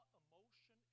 emotion